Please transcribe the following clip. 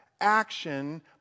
action